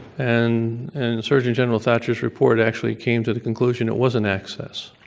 and and surgeon general thatcher's report actually came to the conclusion it wasn't access.